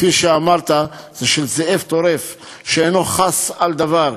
כפי שאמרת, היא של זאב טורף שאינו חס על דבר.